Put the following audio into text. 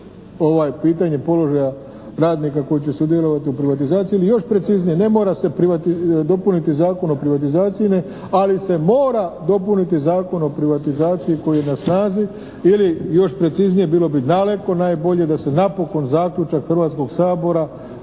pitanje položaja radnika koji će sudjelovati u privatizaciji ili još preciznije, ne mora se dopuniti Zakon o privatizaciji INA-e, ali se mora dopuniti Zakon o privatizaciji koji je na snazi ili još preciznije bilo bi daleko najbolje da se napokon zaključak Hrvatskog sabora